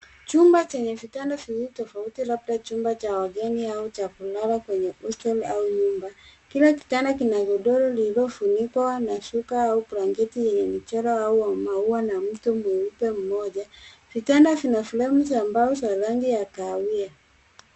Chumba chenye vitanda viwili tofauti, labda chumba cha wageni au kulala kwenye hostel au nyumba. Kila kitanda kina godoro lililofunikwa na shuka au blanketi yenye michoro au maua na mto mwingine mmoja. Vitanda vina fremu za mbao za rangi ya kahawia.